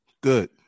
Good